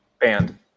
Banned